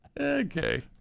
okay